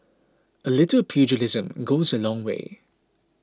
a little pugilism goes a long way